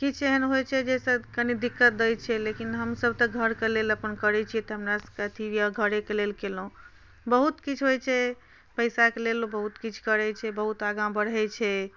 किछ एहन होइत छै जाहिसँ कनी दिक्कत दैत छै लेकिन हमसभ तऽ घरके लेल अपन करैत छी तऽ हमरासभके अथी घरेके लेल केलहुँ बहुत किछु होइत छै पैसाके लेल बहुत किछु करैत छै बहुत आगाँ बढ़ैत छै